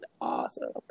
awesome